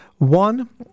One